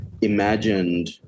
imagined